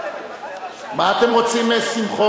למה לא נעשה, מה אתם רוצים משמחון?